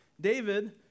David